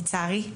לצערי,